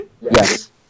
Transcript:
Yes